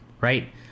right